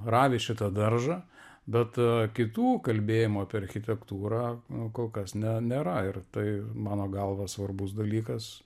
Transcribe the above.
ravi šitą daržą bet kitų kalbėjimų apie architektūrą kol kas ne nėra ir tai mano galva svarbus dalykas